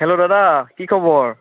hello দাদা কি খবৰ